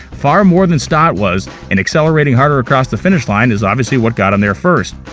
far more than stott was, and accelerating harder across the finish line is obviously what got him there first.